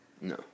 No